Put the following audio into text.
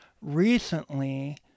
recently